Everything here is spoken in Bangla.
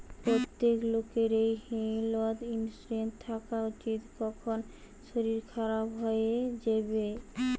প্রত্যেক লোকেরই হেলথ ইন্সুরেন্স থাকা উচিত, কখন শরীর খারাপ হই যিবে